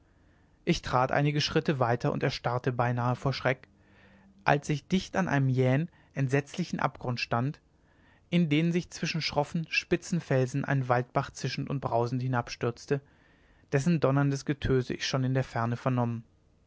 ich trat einige schritte weiter und erstarrte beinahe vor schreck als ich dicht an einem jähen entsetzlichen abgrund stand in den sich zwischen schroffen spitzen felsen ein waldbach zischend und brausend hinabstürzte dessen donnerndes getöse ich schon in der ferne vernommen